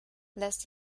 lässt